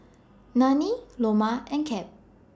Nanie Loma and Cap